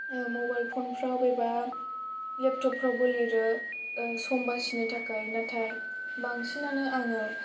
ओ मबाइलफनफोराव अबेबा लेपटपफोरावबो लिरो ओ सम बासिनो थाखाय नाथाय बांसिनानो आङो